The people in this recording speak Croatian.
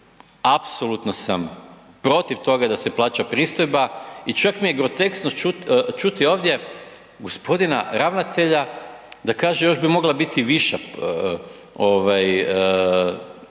apsolutno sam protiv toga da se plaća pristojba. I čak mi je groteskno čuti ovdje gospodina ravnatelja da kaže još bi mogla biti viša pristojba,